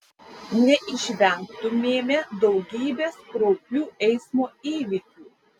neišvengtumėme daugybės kraupių eismo įvykių